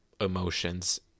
emotions